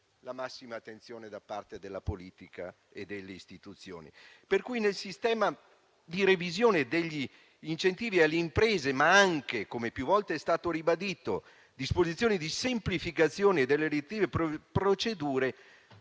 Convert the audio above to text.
la massima attenzione da parte della politica e delle istituzioni. Pertanto, il sistema di revisione degli incentivi alle imprese, ma anche - come più volte è stato ribadito - le disposizioni di semplificazione delle relative procedure